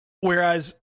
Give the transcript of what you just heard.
Whereas